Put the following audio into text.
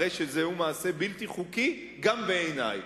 הרי שזהו מעשה בלתי חוקי גם בעיני.